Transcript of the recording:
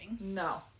No